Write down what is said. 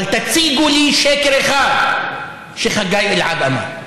אבל תציגו לי שקר אחד שחגי אלעד אמר.